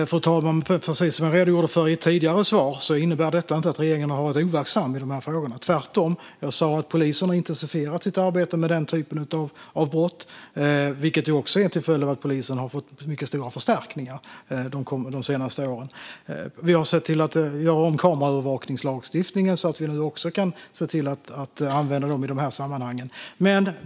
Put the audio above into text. Fru talman! Precis som jag redogjorde för i ett tidigare svar innebär detta inte att regeringen har varit overksam i dessa frågor. Tvärtom har polisen kunnat intensifiera sitt arbete med denna typ av brott, tack vare att polisen har fått stora förstärkningar de senaste åren. Vi har gjort om kameraövervakningslagstiftningen så att kameraövervakning kan användas också i dessa sammanhang.